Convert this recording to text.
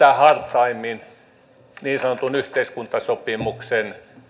mitä hartaimmin niin sanotun yhteiskuntasopimuksen